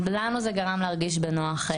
למו זה גרם להרגיש בנוח.